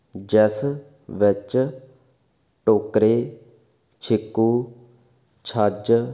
ਜਿਸ ਵਿੱਚ ਟੋਕਰੇ ਛਿੱਕੂ ਛੱਜ